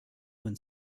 one